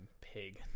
pig